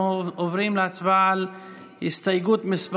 עוברים להצבעה על הסתייגות מס'